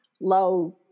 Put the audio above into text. low